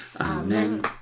Amen